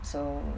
so